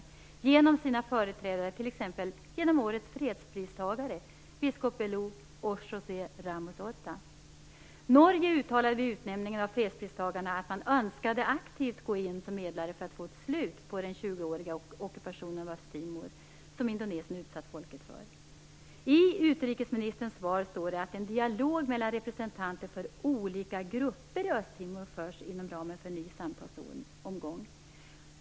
Det kan de göra genom sina företrädare, t.ex. årets fredspristagare biskop Belo och Norge uttalade vid utnämningen av fredspristagarna att man önskade gå in aktivt som medlare för att få ett slut på den tjugoåriga ockupationen av Östtimor som Indonesien utsatt folket där för? I utrikesministers svar står det att en dialog mellan representanter för olika grupper i Östimor förs inom ramen för en nu samtalsomgång.